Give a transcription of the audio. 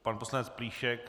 Pan poslanec Plíšek?